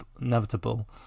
inevitable